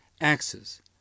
axes